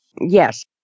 Yes